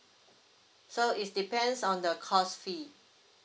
so is depends on the course fee